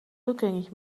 rückgängig